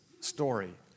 story